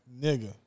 nigga